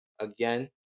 Again